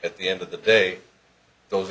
at the end of the day those